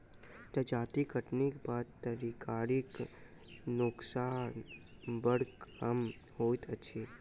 जजाति कटनीक बाद तरकारीक नोकसान बड़ कम होइत अछि